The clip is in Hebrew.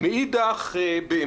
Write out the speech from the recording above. לא, אנחנו